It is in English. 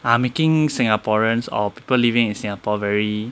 are making singaporeans or people living in singapore very